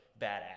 badass